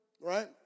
right